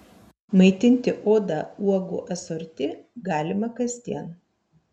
maitinti odą uogų asorti galima kasdien